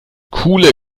coole